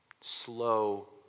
slow